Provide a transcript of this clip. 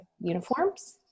uniforms